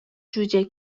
جوجه